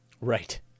Right